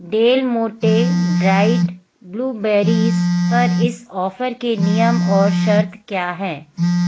Del Monte dried blueberries पर इस offer के नियम और शर्तें क्या हैं